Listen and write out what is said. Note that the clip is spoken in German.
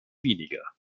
weniger